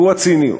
והוא הציניות.